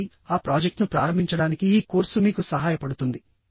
కాబట్టి ఆ ప్రాజెక్ట్ను ప్రారంభించడానికి ఈ కోర్సు మీకు సహాయపడుతుంది